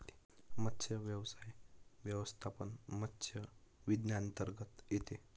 मत्स्यव्यवसाय व्यवस्थापन मत्स्य विज्ञानांतर्गत येते